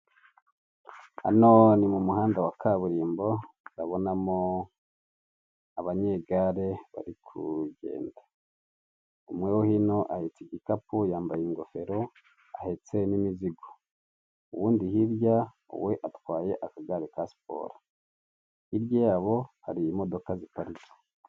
Hano mu muhanda wa kaburimbo ndabonamo abanyegare bari kugenda, umwe wo hino ahetse igikapu yambaye ingofero ahetse n'imizigo, uwundi hirya we atwaye akagare ka siporo, hirya yabo hari imodoka ziparitse.